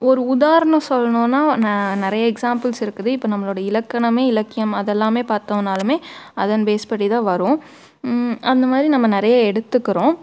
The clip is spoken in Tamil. ஒரு உதாரணம் சொல்லணும்னா நான் நிறைய எக்ஸாம்பிள்ஸ் இருக்குது இப்போ நம்மளுடைய இலக்கணமே இலக்கியம் அதெல்லாமே பார்த்தோனாலுமே அதன் பேஸ் படி தான் வரும் அந்த மாதிரி நம்ம நிறைய எடுத்துக்கிறோம்